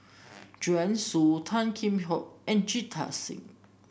Joanne Soo Tan Kheam Hock and Jita Singh